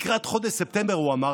לקראת חודש ספטמבר הוא אמר,